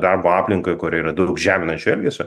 darbo aplinką kur yra daug žeminančio elgesio